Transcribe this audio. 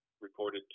reported